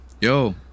Yo